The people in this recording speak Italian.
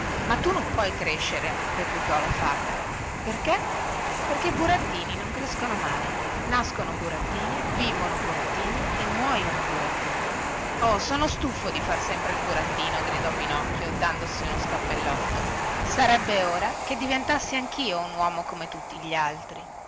ma tu non puoi crescere replicò la fata perché perché i burattini non crescono mai nascono burattini vivono burattini e muoiono burattini oh sono stufo di far sempre il burattino gridò pinocchio dandosi uno scappellotto sarebbe ora che diventassi anchio un uomo come tutti gli altri